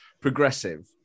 progressive